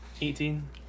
Eighteen